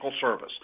service